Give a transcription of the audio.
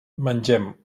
mengem